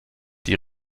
die